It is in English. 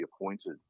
appointed